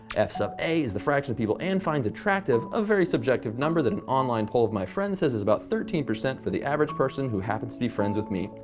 f sub a is the fraction of people ann finds attractive, a very subjective number that an online poll of my friends says is about thirteen percent for the average person who happens to be friends with me.